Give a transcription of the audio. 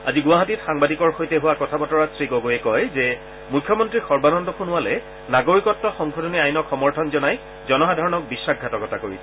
আজি গুৱাহাটীত সাংবাদিকৰ সৈতে হোৱা কথা বতৰাত শ্ৰীগগৈয়ে কয় যে মুখ্যমন্ত্ৰী সৰ্বানন্দ সোণোৱালে নাগৰিকত্ব সংশোধনী আইনক সমৰ্থন জনাই জনসাধাৰণক বিশ্বাসঘাতক কৰিছে